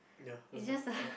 ya I was better ah